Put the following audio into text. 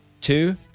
Two